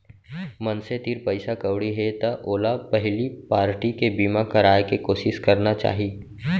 मनसे तीर पइसा कउड़ी हे त ओला पहिली पारटी के बीमा कराय के कोसिस करना चाही